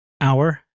hour